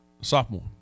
sophomore